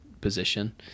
position